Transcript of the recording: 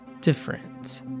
different